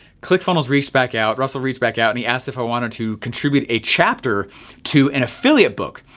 clickfunnels reached back out, russell reached back out and he asked if i wanted to contribute a chapter to an affiliate book.